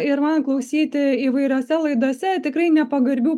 ir man klausyti įvairiose laidose tikrai nepagarbių